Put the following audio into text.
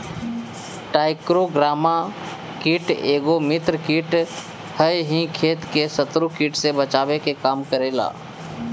trichogramma कीट एगो मित्र कीट ह इ खेत के शत्रु कीट से बचावे के काम करेला